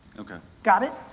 okay. got it?